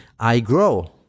iGrow